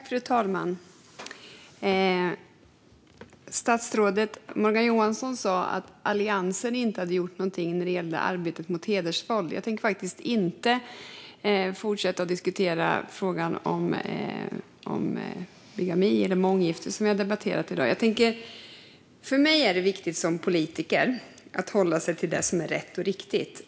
Fru talman! Statsrådet Morgan Johansson sa att Alliansen inte har gjort någonting när det gäller arbetet mot hedersvåld. Jag tänker faktiskt inte fortsätta att diskutera frågan om bigami eller månggifte, som vi har debatterat i dag. För mig är det viktigt som politiker att hålla mig till det som är rätt och riktigt.